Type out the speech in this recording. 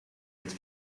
het